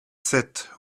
sept